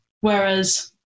Whereas